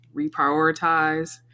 reprioritize